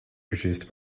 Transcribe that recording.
produced